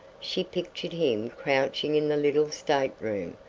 she pictured him crouching in the little state-room,